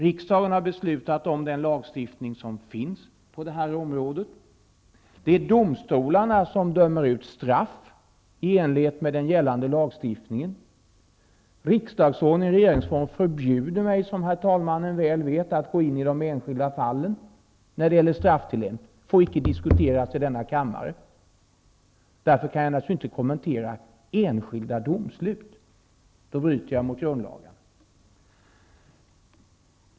Riksdagen har beslutat om den lagstiftning som finns på det här området. Det är domstolarna som dömer ut straff i enlighet med den gällande lagstiftningen. Riksdagsordningen och regeringsformen förbjuder mig, som herr talmannen väl vet, att gå in i de enskilda fallen när det gäller strafftillämpningen. Det får inte diskuteras i denna kammare. Därför kan jag naturligtvis inte kommentera enskilda domslut, för då skulle jag bryta mot grundlagen.